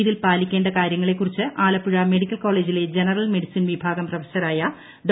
ഇതിൽ പാലിക്കേണ്ട കാര്യങ്ങളെക്കുറിച്ച് ആലപ്പുഴ മെഡിക്കൽകോളേജിലെ ജനറൽ മെഡിസിൻ വിഭാഗം പ്രൊഫസറായ ഡോ